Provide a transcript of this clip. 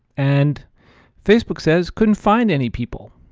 and facebook says couldn't find any people.